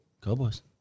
Cowboys